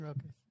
Okay